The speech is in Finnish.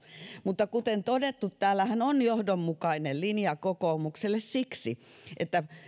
mutta kuten todettu täällähän on johdonmukainen linja kokoomuksella siksi että